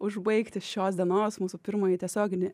užbaigti šios dienos mūsų pirmąjį tiesioginį